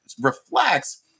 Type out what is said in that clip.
reflects